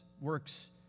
works